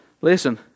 Listen